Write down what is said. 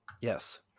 Yes